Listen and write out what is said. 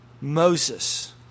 Moses